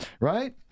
right